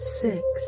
six